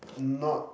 not